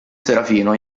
serafino